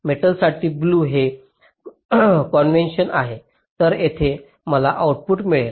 मेटलसाठी blue हे convention आहे तर येथे मला आउटपुट मिळेल